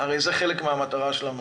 הרי זה חלק מן המטרה שלנו,